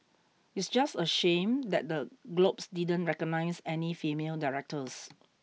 it's just a shame that the Globes didn't recognise any female directors